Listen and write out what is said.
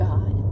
God